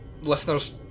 Listeners